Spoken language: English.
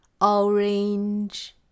Orange